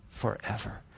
forever